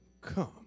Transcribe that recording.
come